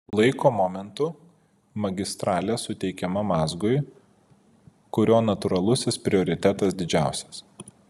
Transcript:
laiko momentu magistralė suteikiama mazgui kurio natūralusis prioritetas didžiausias